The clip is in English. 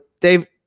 Dave